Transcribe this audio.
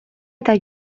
eta